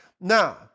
Now